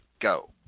go